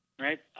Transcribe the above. Right